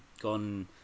gone